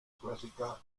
clásica